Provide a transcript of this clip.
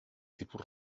tipus